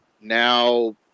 now